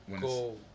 go